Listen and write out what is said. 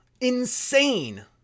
insane